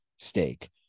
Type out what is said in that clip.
steak